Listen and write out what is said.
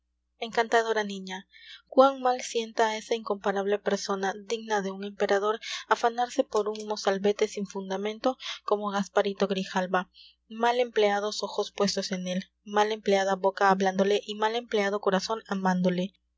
encantadora niña cuán mal sienta a esa incomparable persona digna de un emperador afanarse por un mozalbete sin fundamento como gasparito grijalva mal empleados ojos puestos en él mal empleada boca hablándole y mal empleado corazón amándole